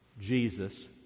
Jesus